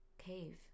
Cave